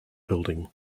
building